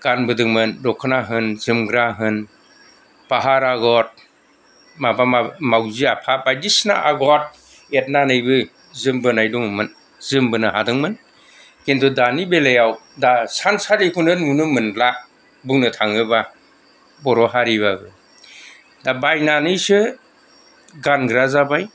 गानबोदोंमोन दख'ना होन जोमग्रा होन फाहार आगर माबा माबि माउजि आफा बायदिसिना आगर एरनानैबो जोमबोनाय दङमोन जोमबोनो हादोंमोन खिन्थु दानि बेलायाव दा हिसानसालिखौनो नुनो मोनला बुंनो थाङोब्ला बर' हारिबाबो दा बायनानैसो गानग्रा जाबाय